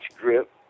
grip